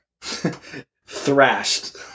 Thrashed